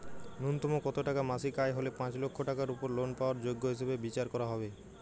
ন্যুনতম কত টাকা মাসিক আয় হলে পাঁচ লক্ষ টাকার উপর লোন পাওয়ার যোগ্য হিসেবে বিচার করা হবে?